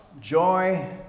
joy